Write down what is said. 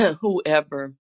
whoever